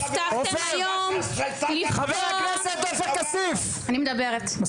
אתם גזענים -- חבר הכנסת עופר כסיף מספיק -- אני מדברת,